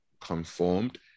conformed